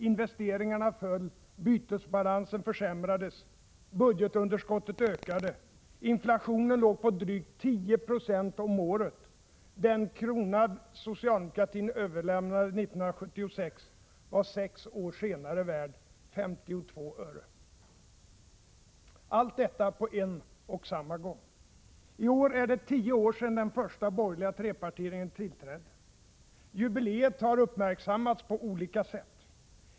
Investeringarna föll. Bytesbalansen försämrades. Budgetunderskottet ökade. Inflationen låg på drygt 10 96 om året; den krona som vi socialdemokrater överlämnade 1976 var sex år senare bara värd 52 öre. Allt detta på en och samma gång! I år är det tio år sedan den första borgerliga trepartiregeringen tillträdde. Jubileet har uppmärksammats på olika sätt.